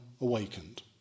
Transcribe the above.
awakened